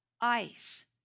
ice